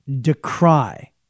decry